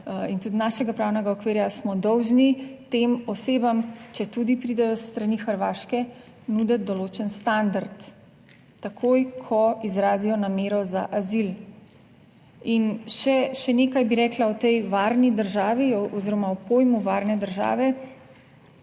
in tudi našega pravnega okvirja, smo dolžni tem osebam, četudi pridejo s strani Hrvaške, nuditi določen standard, takoj, ko izrazijo namero za azil. In še, še nekaj bi rekla o tej varni državi oziroma o pojmu varne države.